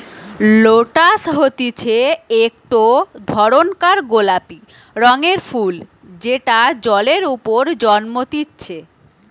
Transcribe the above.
lotus হতিছে একটো ধরণকার গোলাপি রঙের ফুল যেটা জলের ওপরে জন্মতিচ্ছে